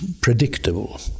predictable